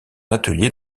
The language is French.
atelier